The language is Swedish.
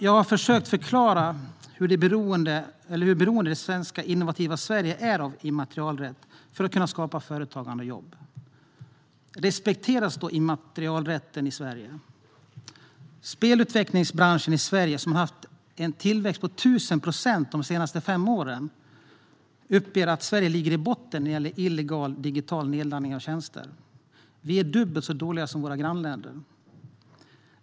Jag har försökt förklara hur beroende det innovativa Sverige är av immaterialrätt för att kunna skapa företagande och jobb. Respekteras då immaterialrätten i Sverige? Spelutvecklingsbranschen i Sverige, som har haft en tillväxt på 1 000 procent de senaste fem åren, uppger att Sverige ligger i botten när det gäller illegal digital nedladdning av tjänster. Vi är dubbelt så dåliga som våra grannländer.